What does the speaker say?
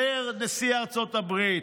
אומר נשיא ארצות הברית.